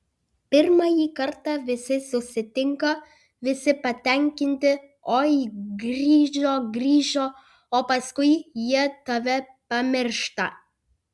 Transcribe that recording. pirmąjį kartą visi susitinka visi patenkinti oi grįžo grįžo o paskui jie tave pamiršta